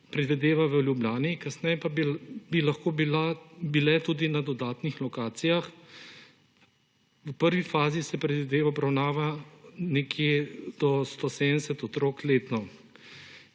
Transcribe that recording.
predvideva v Ljubljani, kasneje pa bi lahko bile tudi na dodatnih lokacijah. V prvi fazi se predvideva obravnava do 170 otrok letno.